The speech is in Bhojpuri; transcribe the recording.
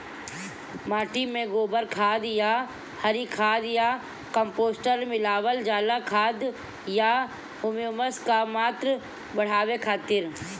माटी में गोबर खाद या हरी खाद या कम्पोस्ट मिलावल जाला खाद या ह्यूमस क मात्रा बढ़ावे खातिर?